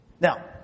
Now